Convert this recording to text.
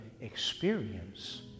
experience